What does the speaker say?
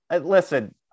listen